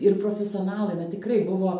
ir profesionalai na tikrai buvo